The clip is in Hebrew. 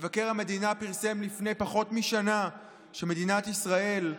מבקר המדינה פרסם לפני פחות משנה שמדינת ישראל,